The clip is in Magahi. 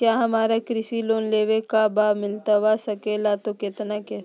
क्या हमारा कृषि लोन लेवे का बा मिलता सके ला तो कितना के?